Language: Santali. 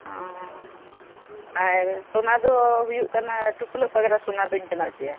ᱚ ᱟᱨ ᱥᱚᱱᱟ ᱫᱚ ᱦᱩᱭᱩᱜ ᱠᱟᱱᱟ ᱴᱩᱯᱞᱟᱹᱜ ᱯᱟᱜᱽᱨᱟ ᱥᱚᱱᱟ ᱫᱚᱧ ᱵᱮᱱᱟᱣ ᱚᱪᱚᱭᱟ